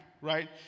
right